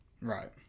Right